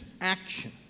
action